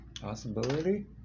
possibility